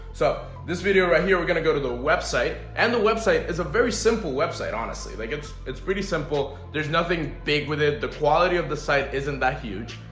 so this video right here we're gonna go to the website and the website is a very simple website. honestly, like it's it's pretty simple there's nothing big with it the quality of the site. isn't that huge?